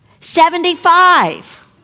Seventy-five